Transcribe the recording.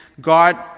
God